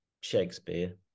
Shakespeare